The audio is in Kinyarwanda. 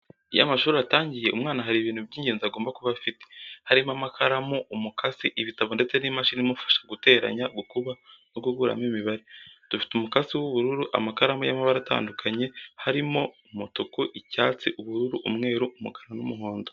Iyo amashuri atangiye umwana hari ibintu by'ingenzi agomba kuba afite, harimo amakaramu, umukasi, ibitabo ndetse n'imashini imufasha guteranya, gukuba no gukuramo imibare, dufite umukasi w'ubururu, amakaramu y'amabara atandukanye harimo: umutuku, icyatsi, ubururu, umweru, umukara n'umuhondo.